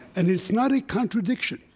and it's not a contradiction.